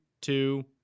two